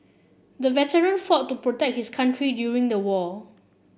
the veteran fought to protect his country during the war